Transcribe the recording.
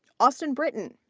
austin britton,